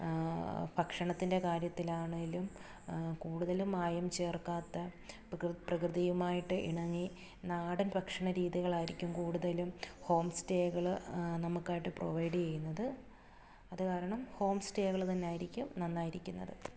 ഭക്ഷണത്തിൻ്റെ കാര്യത്തിലാണേലും കൂടുതലും മായം ചേർക്കാത്ത പ്രകൃതി പ്രകൃതിയുമായിട്ട് ഇണങ്ങി നാടൻ ഭക്ഷണ രീതികളായിരിക്കും കൂടുതലും ഹോം സ്റ്റേകൾ നമുക്കായിട്ട് പ്രൊവൈഡ് ചെയ്യുന്നത് അതുകാരണം ഹോം സ്റ്റേകൾ തന്നെയായിരിക്കും നന്നായിരിക്കുന്നത്